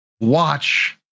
watch